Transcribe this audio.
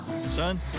son